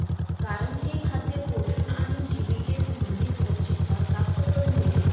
कारण हे खाद्य पोषण आणि जिविके संबंधी सुरक्षितता प्राप्त करून देते